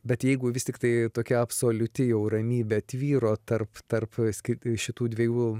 bet jeigu vis tiktai tokia absoliuti jau ramybė tvyro tarp tarp skirti šitų dviejų